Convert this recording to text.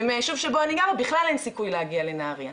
ומהיישוב שבו אני גרה בכלל אין סיכוי להגיע לנהריה.